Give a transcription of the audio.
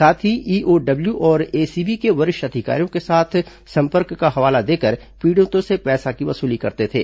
साथ ही ईओडब्ल्यू और एसीबी के वरिष्ठ अधिकारियों के साथ संपर्क का हवाला देकर पीड़ितों से पैसों की वसूली करते थे